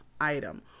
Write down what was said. item